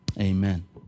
Amen